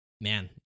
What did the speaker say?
man